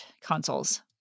consoles